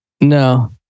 No